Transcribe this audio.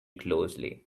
closely